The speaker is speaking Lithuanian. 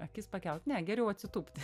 akis pakelt ne geriau atsitūpti